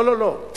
לא, לא, לא.